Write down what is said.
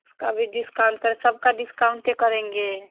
उसका भी डिस्काउंट करे सबका डिस्काउंटे करेंगे